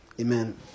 Amen